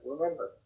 remember